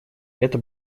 это